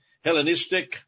Hellenistic